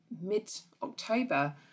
mid-October